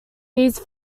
these